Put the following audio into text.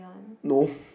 no